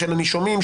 של הנישומים,